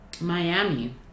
Miami